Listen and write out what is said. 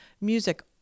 music